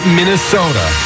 Minnesota